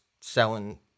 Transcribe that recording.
selling